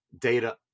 data